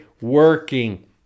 working